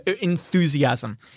enthusiasm